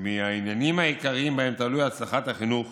ומהעניינים העיקריים שבהם תלויה הצלחת החינוך